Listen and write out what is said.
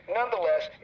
Nonetheless